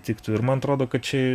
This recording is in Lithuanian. tiktų ir man atrodo kad čia